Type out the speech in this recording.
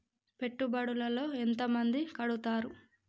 పెట్టుబడుల లో ఎంత మంది కడుతరు?